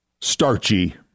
starchy